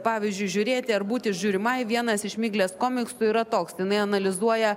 pavyzdžiui žiūrėti ar būti žiūrimai vienas iš miglės komiksų yra toks jinai analizuoja